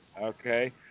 Okay